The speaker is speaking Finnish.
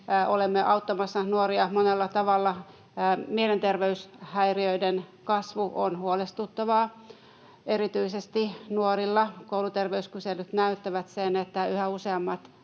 Olemme auttamassa nuoria monella tavalla. Mielenterveyshäiriöiden kasvu on huolestuttavaa. Erityisesti nuorilla kouluterveyskyselyt näyttävät sen, että yhä useammat